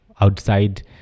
Outside